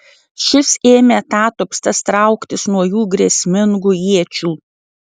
šis ėmė atatupstas trauktis nuo jų grėsmingų iečių